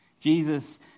Jesus